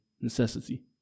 necessity